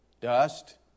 Dust